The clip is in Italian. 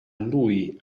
lui